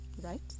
right